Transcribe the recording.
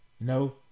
No